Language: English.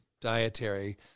dietary